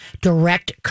Direct